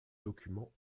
documents